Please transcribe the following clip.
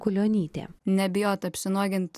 kulionytė nebijot apsinuogint